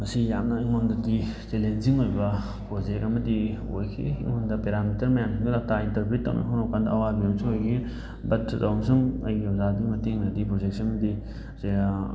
ꯃꯁꯤ ꯌꯥꯝꯅ ꯑꯩꯉꯣꯟꯗꯗꯤ ꯆꯦꯂꯦꯟꯖꯤꯡ ꯑꯣꯏꯕ ꯄ꯭ꯔꯣꯖꯦꯛ ꯑꯃꯗꯤ ꯑꯣꯏꯈꯤ ꯑꯩꯉꯣꯟꯗ ꯄꯦꯔꯥꯃꯤꯇꯔ ꯃꯌꯥꯝꯁꯤꯡꯗꯨ ꯗꯥꯇꯥ ꯏꯟꯇꯔꯄ꯭ꯔꯤꯠ ꯇꯧꯅꯕ ꯍꯣꯠꯅꯔꯛꯄ ꯀꯥꯟꯗ ꯑꯋꯥꯕ ꯑꯃꯁꯨ ꯑꯣꯏꯈꯤ ꯕꯠ ꯇꯧꯏꯒꯨꯝꯕꯁꯨꯡ ꯑꯩꯒꯤ ꯑꯣꯖꯥꯗꯨꯒꯤ ꯃꯇꯦꯡꯅꯗꯤ ꯄ꯭ꯔꯣꯖꯦꯛꯁꯤꯃꯗꯤ ꯁꯦ